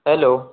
hello